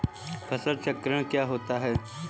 फसल चक्रण क्या होता है?